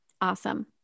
Awesome